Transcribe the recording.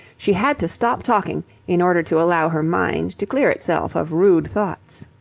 she had to stop talking in order to allow her mind to clear itself of rude thoughts.